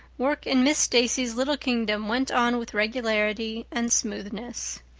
work in miss stacy's little kingdom went on with regularity and smoothness.